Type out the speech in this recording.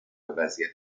وضعیت